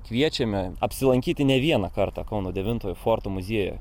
kviečiame apsilankyti ne vieną kartą kauno devintojo forto muziejuje